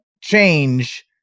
change